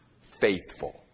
faithful